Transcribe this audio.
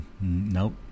Nope